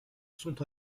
sont